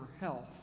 health